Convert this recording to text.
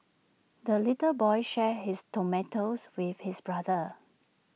the little boy shared his tomatoes with his brother